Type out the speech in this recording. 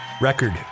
record